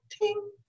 ting